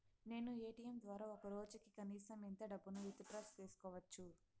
నేను ఎ.టి.ఎం ద్వారా ఒక రోజుకి కనీసం ఎంత డబ్బును విత్ డ్రా సేసుకోవచ్చు?